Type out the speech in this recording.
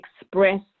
express